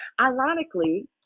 ironically